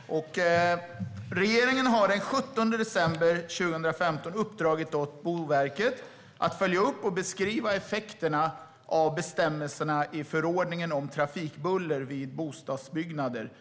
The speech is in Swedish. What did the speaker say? Fru talman! Det var roligt, Mats Green. Regeringen gav den 17 december 2015 i uppdrag till Boverket att följa upp och beskriva effekterna av bestämmelserna i förordningen om trafikbuller vid bostadsbyggnader.